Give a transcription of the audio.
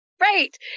Right